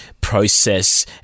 process